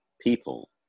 people